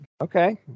Okay